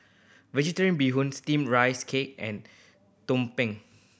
Vegetarian Bee Hoon Steamed Rice Cake and tumpeng